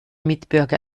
mitbürger